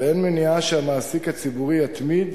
ואין מניעה שהמעסיק הציבורי יתמיד